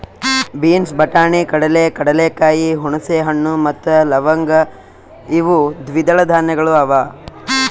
beans, ಬಟಾಣಿ, ಕಡಲೆ, ಕಡಲೆಕಾಯಿ, ಹುಣಸೆ ಹಣ್ಣು ಮತ್ತ ಲವಂಗ್ ಇವು ದ್ವಿದಳ ಧಾನ್ಯಗಳು ಅವಾ